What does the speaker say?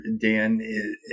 Dan